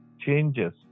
changes